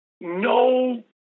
no